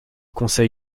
conseil